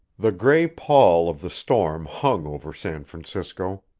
the gray pall of the storm hung over san francisco.